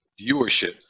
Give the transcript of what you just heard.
viewership